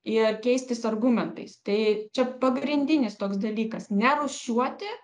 ir keistis argumentais tai čia pagrindinis toks dalykas nerūšiuoti